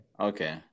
Okay